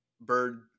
bird